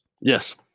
yes